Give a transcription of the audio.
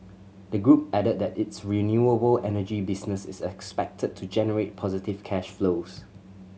the group added that its renewable energy business is expected to generate positive cash flows